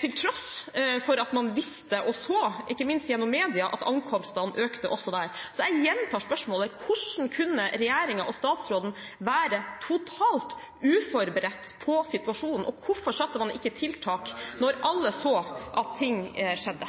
til tross for at man visste og så, ikke minst gjennom media, at antallet ankomster økte også der. Så jeg gjentar spørsmålet: Hvordan kunne regjeringen og statsråden være totalt uforberedt på situasjonen, og hvorfor satte man ikke inn tiltak når alle så at ting skjedde?